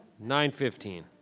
nine fifteen.